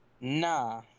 Nah